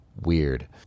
weird